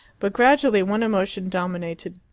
but gradually one emotion dominated,